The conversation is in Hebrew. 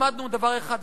למדנו דבר אחד,